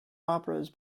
operas